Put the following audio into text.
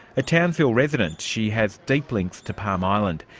a townsville resident, she has deep links to palm island.